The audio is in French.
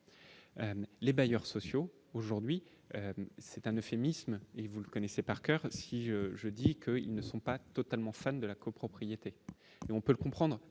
les bailleurs sociaux aujourd'hui, c'est un euphémisme, et vous le connaissez par coeur, si je dis qu'ils ne sont pas totalement fan de la copropriété et on peut le comprendre,